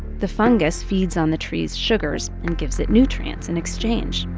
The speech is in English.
the fungus feeds on the trees' sugars and gives it nutrients in exchange.